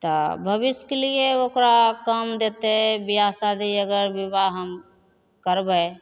तऽ भविष्यके लिए ओकरा काम देतै बिआह शादी अगर विवाह हम करबै